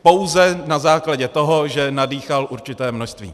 Pouze na základě toho, že nadýchal určité množství.